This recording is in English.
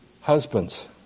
Husbands